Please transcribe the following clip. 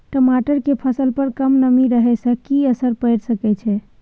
टमाटर के फसल पर कम नमी रहै से कि असर पैर सके छै?